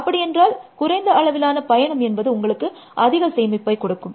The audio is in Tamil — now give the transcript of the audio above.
அப்படியென்றால் குறைந்த அளவிலான பயணம் என்பது உங்களுக்கு அதிக சேமிப்பை கொடுக்கும்